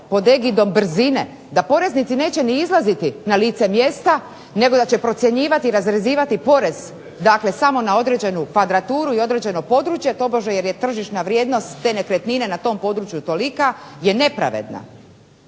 pod egidom brzine da poreznici neće izlaziti na lice mjesta, nego da će procjenjivati i razrezivati porez dakle samo na određenu kvadraturu i određeno područje, tobože jer je tržišna vrijednost te nekretnine na tom području tolika je nepravedna.